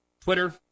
Twitter